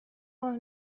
one